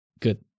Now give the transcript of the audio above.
good